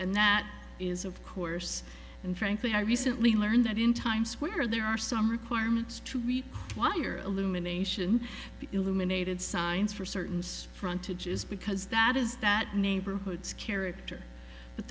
and that is of course and frankly i recently learned that in times square there are some requirements to read wire illumination illuminated signs for certain size frontage is because that is that neighborhoods character but